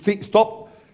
stop